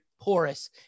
porous